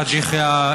חאג' יחיא,